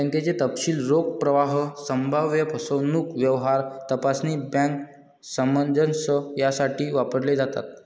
बँकेचे तपशील रोख प्रवाह, संभाव्य फसवणूक, व्यवहार तपासणी, बँक सामंजस्य यासाठी वापरले जातात